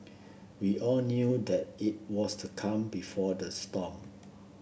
we all knew that it was the calm before the storm